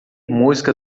música